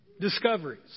discoveries